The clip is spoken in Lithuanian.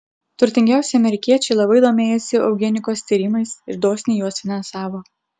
turtingiausi amerikiečiai labai domėjosi eugenikos tyrimais ir dosniai juos finansavo